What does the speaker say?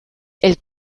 elles